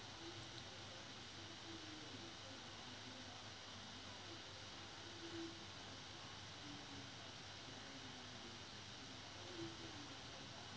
I